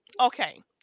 okay